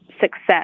success